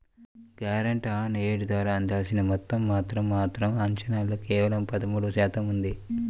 grant on aid ద్వారా అందాల్సిన మొత్తం మాత్రం మాత్రం అంచనాల్లో కేవలం పదమూడు శాతంగా ఉంది